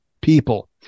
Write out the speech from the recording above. people